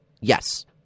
yes